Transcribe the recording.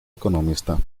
economista